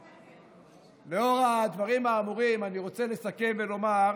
לאור הדברים האמורים, אני רוצה לסכם ולומר,